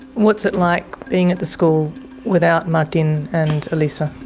what's it like being at the school without martin and elisa?